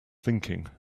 thinking